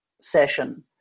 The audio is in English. session